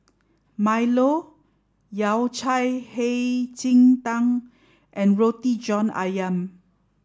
milo yao cai hei ji tang and roti john ayam